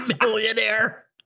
Millionaire